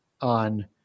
on